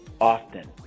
often